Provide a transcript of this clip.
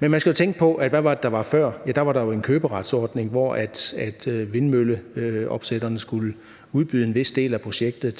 Men man skal jo tænke på, hvad der var før. Ja, der var der jo en køberetsordning, hvor vindmølleopsætterne skulle udbyde en vis del af projektet